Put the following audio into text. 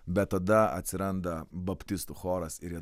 bet tada atsiranda baptistų choras ir jie